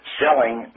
selling